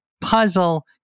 puzzle